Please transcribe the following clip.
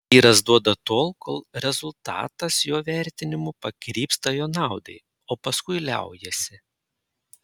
vyras duoda tol kol rezultatas jo vertinimu pakrypsta jo naudai o paskui liaujasi